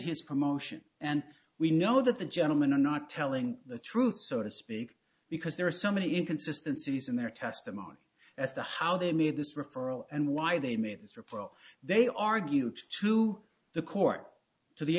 his promotion and we know that the gentlemen are not telling the truth so to speak because there are so many inconsistencies in their testimony as to how they made this referral and why they made this referral they argue to the court to the